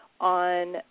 on